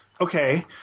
Okay